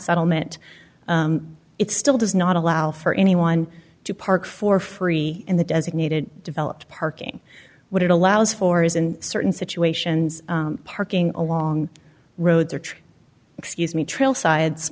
settlement it still does not allow for anyone to park for free in the designated developed parking what it allows for is in certain situations parking along roads or tree excuse me trail sides